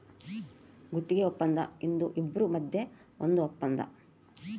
ಗುತ್ತಿಗೆ ವಪ್ಪಂದ ಇದು ಇಬ್ರು ಮದ್ಯ ಒಂದ್ ವಪ್ಪಂದ